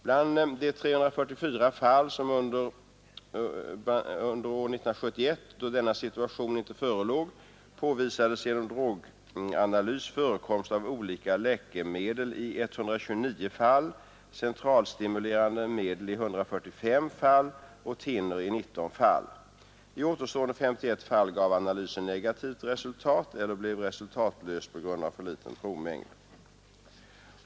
Bland de 344 fall under år 1971 då denna situation inte förelåg påvisades genom droganalys förekomst av olika läkemedel i 129 fall, centralstimulerande medel i 145 fall och thinner i 19 fall. I återstående 51 fall gav analysen negativt resultat eller blev resultatlös på grund av för liten provmängd.